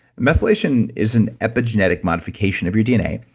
methylation is an epigenetic modification of your dna,